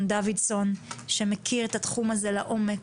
דוידסון שמכיר את התחום הזה לעומק,